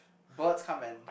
birds come and